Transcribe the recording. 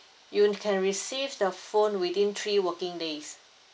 you can receive the phone within three working days